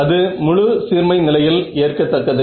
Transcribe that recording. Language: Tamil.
அது முழு சீர்மை நிலையில் ஏற்க தக்கது